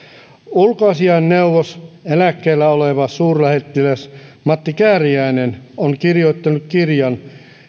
ulkoasiainneuvos eläkkeellä oleva suurlähettiläs matti kääriäinen on kirjoittanut kirjan